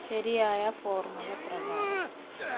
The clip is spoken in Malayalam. ശരിയായ ഫോർമുല പ്രകാരം